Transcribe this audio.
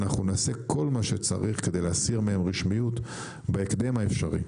אנחנו נעשה כל מה שצריך כדי להסיר מהם רשמיות בהקדם האפשרי.